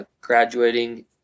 graduating